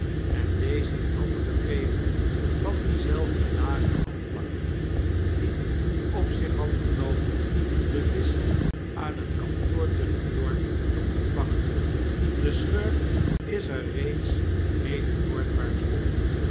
en deze in handen gegeven van denzelfden lagen handlanger die op zich had genomen den wissel aan het kantoor te n e w-y o r k te ontvangen de schurk is er reeds mede noordwaarts op